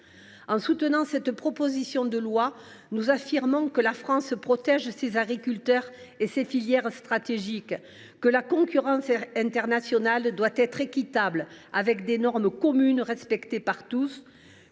En soutenant cette proposition de loi, nous affirmons que la France protège ses agriculteurs et ses filières stratégiques, que la concurrence internationale doit être équitable et reposer sur des normes communes respectées par tous,